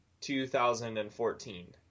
2014